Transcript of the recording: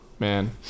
man